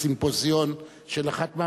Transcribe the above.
בסימפוזיון של אחת המפלגות,